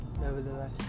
nevertheless